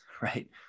right